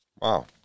Wow